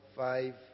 five